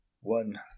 One